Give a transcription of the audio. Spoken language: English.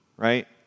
Right